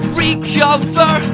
recover